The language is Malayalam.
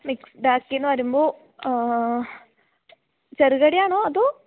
മിക്സ്ഡ് പാക്കെന്ന് വരുമ്പോള് ചെറുകടിയാണോ അതോ